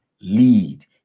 lead